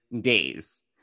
days